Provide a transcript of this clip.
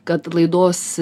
kad laidos